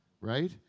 right